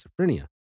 schizophrenia